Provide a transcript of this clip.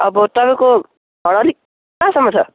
अब तपाईँको घर कहाँसम्म छ